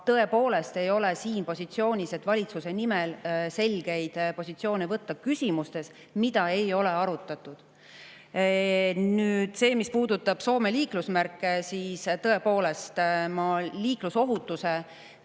tõepoolest ei ole siin positsioonis, et valitsuse nimel selgeid positsioone võtta küsimustes, mida [valitsuses] ei ole arutatud. Nüüd sellest, mis puudutab Soome liiklusmärke. Tõepoolest, liiklusohutusega